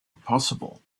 possible